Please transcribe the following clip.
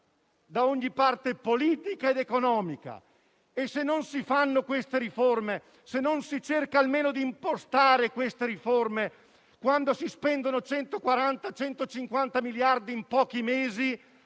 da ogni parte politica ed economica. Se non si fanno queste riforme, se non si cerca almeno di impostare queste riforme, quando si spendono 140-150 miliardi in pochi mesi,